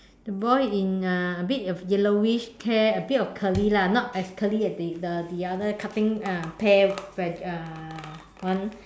the boy in uh a bit of yellowish hair a bit of curly lah not as curly as the the other cutting uh pear veggie uh one